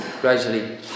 gradually